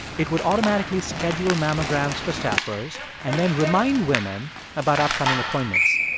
it would automatically schedule mammograms for staffers and then remind women about upcoming appointments.